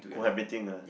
cohabiting ah